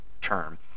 term